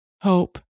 hope